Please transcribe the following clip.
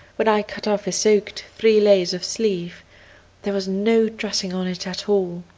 when i cut off his soaked three layers of sleeve there was no dressing on it at all.